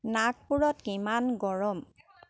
নাগপুৰত কিমান গৰম